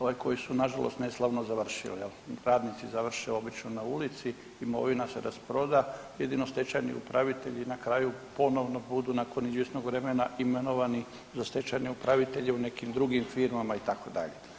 Ovi koji su nažalost neslavno završili jel, jer radnici završe obično na ulici, imovina se rasproda jedino stečajni upravitelji na kraju ponovno budu nakon izvjesnog vremena imenovani za stečajne upravitelje u nekim drugim firmama itd.